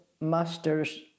masters